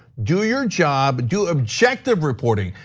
do your job, do objective reporting.